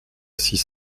six